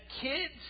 kids